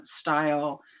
style